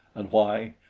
and why?